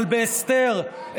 אבל בהסתר.